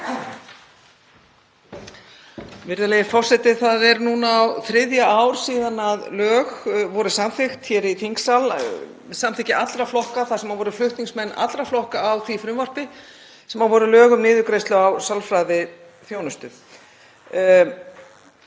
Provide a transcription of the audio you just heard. Virðulegi forseti. Það er núna á þriðja ár síðan lög voru samþykkt hér í þingsal með samþykki allra flokka, það voru flutningsmenn allra flokka á því frumvarpi, sem voru lög um niðurgreiðslu á sálfræðiþjónustu.